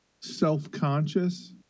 self-conscious